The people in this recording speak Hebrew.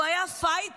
הוא היה פייטר,